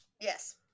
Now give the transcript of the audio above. Yes